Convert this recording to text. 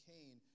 Cain